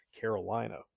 Carolina